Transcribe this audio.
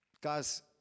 Guys